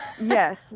yes